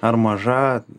ar maža